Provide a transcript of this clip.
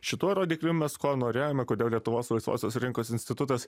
šituo rodikliu mes ko norėjome kodėl lietuvos laisvosios rinkos institutas